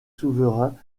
souverains